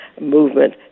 movement